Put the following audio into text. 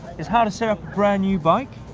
is how to set up a brand new bike.